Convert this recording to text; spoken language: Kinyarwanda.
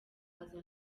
aza